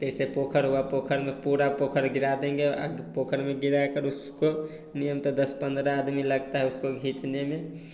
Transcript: जैसे पोखर हुआ पोखर में पूरा पोखर गिरा देंगे आ पोखर में गिराकर उस्स को नियमतः दस पंद्रह आदमी लगता अहि उसको घीचने में